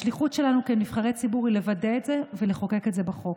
השליחות שלנו כנבחרי ציבור היא לוודא את זה ולחוקק את זה בחוק.